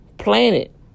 planet